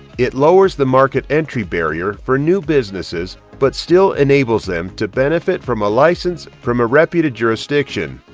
it lowers the market entry barrier for new businesses but still enables them to benefit from a license from a reputed jurisdiction.